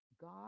God